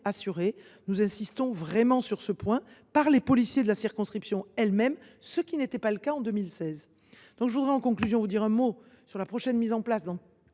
assurées – j’insiste vraiment sur ce point – par les policiers de la circonscription elle même, ce qui n’était pas le cas en 2016. Je veux en conclusion dire un mot de la prochaine mise en place dans